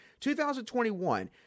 2021